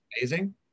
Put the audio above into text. amazing